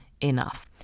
enough